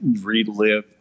relive